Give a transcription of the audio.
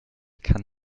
kann